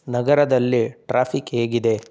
ನಗರದಲ್ಲಿ ಟ್ರಾಫಿಕ್ ಹೇಗಿದೆ